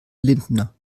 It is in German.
lindner